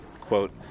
Quote